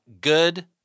good